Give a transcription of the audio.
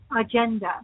agenda